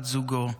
בת זוגו.